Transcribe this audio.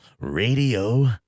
Radio